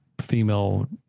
female